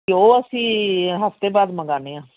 ਘਿਓ ਅਸੀਂ ਹਫਤੇ ਬਾਅਦ ਮੰਗਾਉਦੇ ਆ